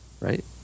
right